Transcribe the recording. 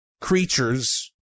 creatures